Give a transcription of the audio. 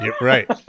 Right